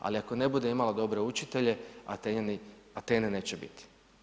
Ali, ako ne bude imala dobre učitelje, Atene neće biti.